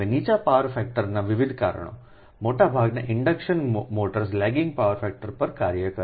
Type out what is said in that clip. હવે નીચા પાવર ફેક્ટરના વિવિધ કારણો મોટાભાગના induction motors lagging power factor પર કાર્ય કરે છે